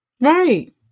Right